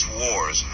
wars